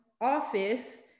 office